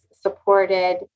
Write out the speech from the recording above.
supported